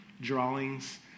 drawings